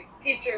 teacher